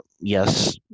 yes